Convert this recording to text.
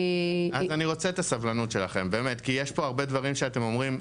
אז אני רוצה את הסבלנות שלכם כי יש פה הרבה דברים שאתם אומרים,